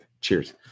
Cheers